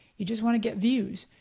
you just want to get views.